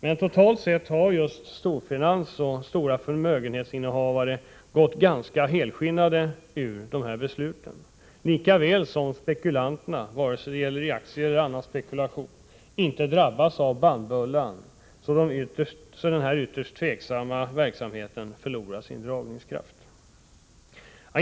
Men totalt sett har just storfinans och stora förmögenhetsinnehavare gått ganska helskinnade ur dessa beslut, likaväl som spekulanterna — vare sig det gäller aktier eller annan spekulation — inte drabbats av bannbullan, så att denna ytterst tvivelaktiga verksamhet förlorat sin dragningskraft.